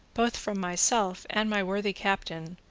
both from myself and my worthy captain,